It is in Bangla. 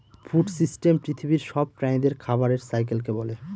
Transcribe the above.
ফুড সিস্টেম পৃথিবীর সব প্রাণীদের খাবারের সাইকেলকে বলে